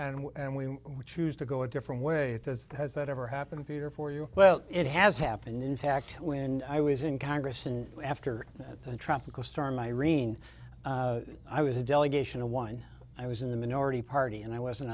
and we choose to go a different way it is has that ever happened peter for you well it has happened in fact when i was in congress and after tropical storm irene i was a delegation of one i was in the minority party and i wasn't